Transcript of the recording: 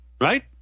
right